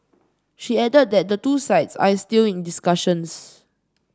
she added that the two sides are still in discussions